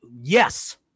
yes